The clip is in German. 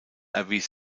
erwies